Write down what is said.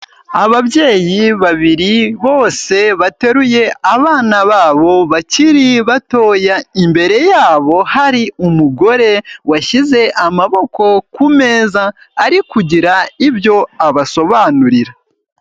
Ababyeyi babiri bose bateruye abana babo, bakiri batoya, imbere yabo hari umugore washyize amaboko ku meza, ari kugira ibyo abasobanurira.